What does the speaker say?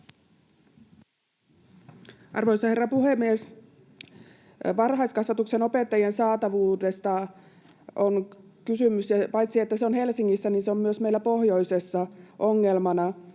Arvoisa herra puhemies! On kysymys varhaiskasvatuksen opettajien saatavuudesta, ja se on paitsi Helsingissä myös meillä pohjoisessa ongelmana.